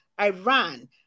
Iran